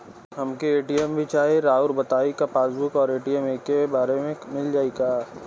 हमके ए.टी.एम भी चाही राउर बताई का पासबुक और ए.टी.एम एके बार में मील जाई का?